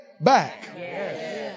back